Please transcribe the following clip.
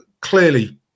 clearly